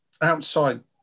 outside